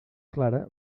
clara